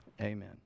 Amen